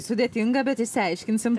sudėtinga bet išsiaiškinsim